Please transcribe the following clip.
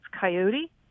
coyote